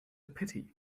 pity